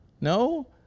No